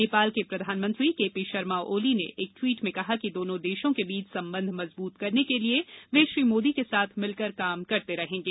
नेपाल के प्रधानमंत्री केपी शर्मा ओली ने एक ट्वीट में कहा कि दोनों देशों के बीच संवंध मजबूत करने के लिए वे श्री मोदी के साथ मिलकर काम करते रहेंगे